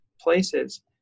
places